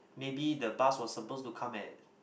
maybe the bus was suppose to come at